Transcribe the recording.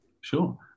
sure